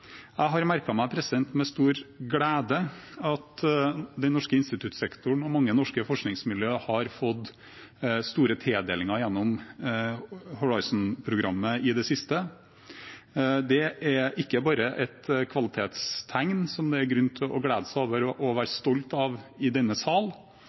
Jeg har merket meg med stor glede at den norske instituttsektoren og mange norske forskningsmiljøer har fått store tildelinger gjennom Horisont-programmet i det siste. Det er ikke bare et kvalitetstegn det er grunn til å glede seg over og være stolt av i denne sal,